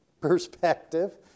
perspective